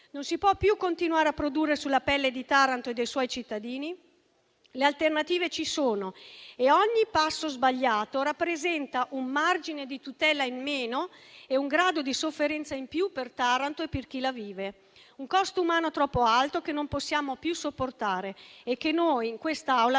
Non si può più continuare a produrre sulla pelle di Taranto e dei suoi cittadini. Le alternative ci sono e ogni passo sbagliato rappresenta un margine di tutela in meno e un grado di sofferenza in più per Taranto e per chi la vive, un costo umano troppo alto che non possiamo più sopportare e che noi in quest'Aula abbiamo